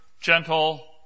gentle